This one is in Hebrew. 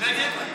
שנגד?